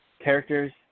characters